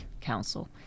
Council